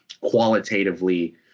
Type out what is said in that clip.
qualitatively